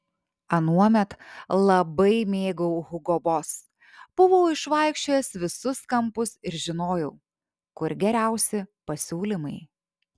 anuomet labai mėgau hugo boss buvau išvaikščiojęs visus kampus ir žinojau kur geriausi pasiūlymai